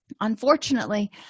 Unfortunately